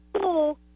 cool